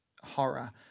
horror